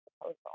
proposal